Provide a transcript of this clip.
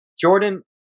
Jordan